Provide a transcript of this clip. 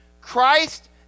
Christ